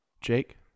Jake